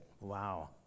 Wow